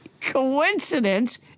coincidence